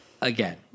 again